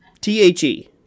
T-H-E